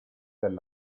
del